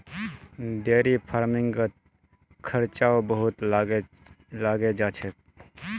dairy फ़ार्मिंगत खर्चाओ बहुत लागे जा छेक